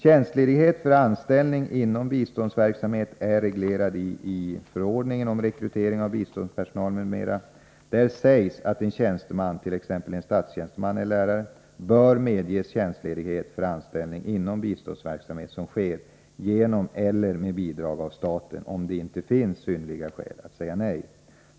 Tjänstledighet för anställning inom biståndsverksamheten är reglerad i förordningen om rekrytering av biståndspersonal, m.m. Där sägs att en tjänsteman — t.ex. en statstjänsteman eller lärare — bör medges tjänstledighet för anställning inom biståndsverksamhet som sker genom eller med bidrag av staten, om det inte finns synnerliga skäl att säga nej.